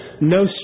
No